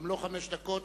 גם לו חמש דקות.